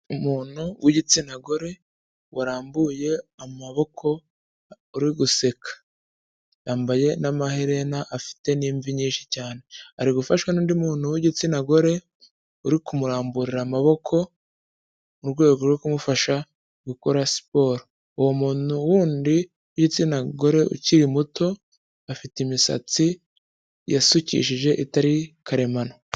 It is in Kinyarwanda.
Umuntu w'igitsina gore warambuye amaboko uriguseka. Yambaye n'amaherena afite n'imvi nyinshi cyane. Arigufashwa n'undi muntu w'igitsina gore urikumuramburira amaboko mu rwego rwo kumufasha gukora siporo. Uwo muntu wundi w'igitsina gore ukiri muto afite imisatsi yasukishije itari karemano.